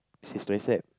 this is tricep